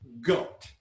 goat